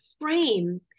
frame